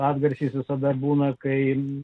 atgarsis visada būna kai